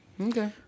Okay